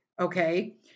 okay